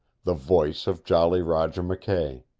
the voice of jolly roger mckay.